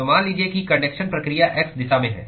तो मान लीजिए कि कन्डक्शन प्रक्रिया x दिशा में है